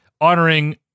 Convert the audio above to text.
honoring